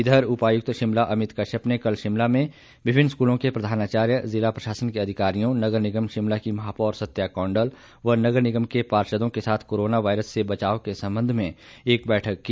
इधर उपायुक्त शिमला अमित कश्यप ने कल शिमला में विभिन्न स्कूलों के प्रधानाचार्य जिला प्रशासन के अधिकारियों नगर निगम शिमला की महापौर सत्या कौंडल व नगर निगम के पार्षदों के साथ कोरोना वायरस से बचाव के संबंध में एक बैठक की